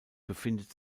befindet